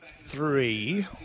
three